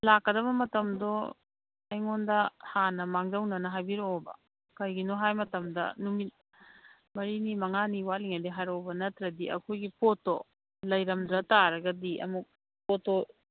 ꯂꯥꯛꯀꯗꯕ ꯃꯇꯝꯗꯣ ꯑꯩꯉꯣꯟꯗ ꯍꯥꯟꯅ ꯃꯥꯡꯖꯧꯅꯅ ꯍꯥꯏꯕꯤꯔꯛꯑꯣꯕ ꯀꯩꯒꯤꯅꯣ ꯍꯥꯏ ꯃꯇꯝꯗ ꯅꯨꯃꯤꯠ ꯃꯔꯤꯅꯤ ꯃꯉꯥꯅꯤ ꯋꯥꯠꯂꯤꯉꯥꯏꯗꯒꯤ ꯍꯥꯏꯔꯛꯑꯣꯕ ꯅꯠꯇ꯭ꯔꯗꯤ ꯑꯩꯈꯣꯏꯒꯤ ꯄꯣꯠꯇꯣ ꯂꯩꯔꯝꯗ꯭ꯔꯥ ꯇꯥꯔꯒꯗꯤ ꯑꯃꯨꯛ ꯄꯣꯠꯇꯣ